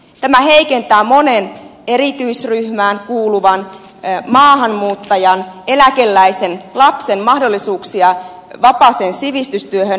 tämä heikentää monen erityisryhmään kuuluvan maahanmuuttajan eläkeläisen lapsen mahdollisuuksia vapaaseen sivistystyöhön